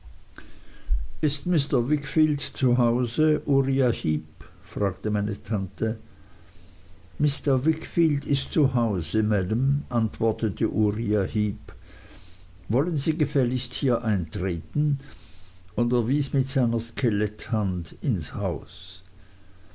ist mr wickfield zu hause uriah heep fragte meine tante mr wickfield ist zu hause maam antwortete uriah heep wollen sie gefälligst hier eintreten und er wies mit seiner skeletthand ins haus